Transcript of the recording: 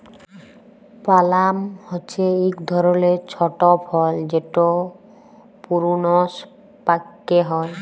পালাম হছে ইক ধরলের ছট ফল যেট পূরুনস পাক্যে হয়